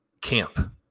camp